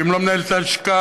ואם לא מנהלת הלשכה,